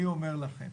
אני אומר לכם,